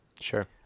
Sure